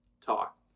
talk